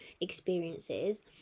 experiences